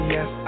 Yes